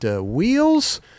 wheels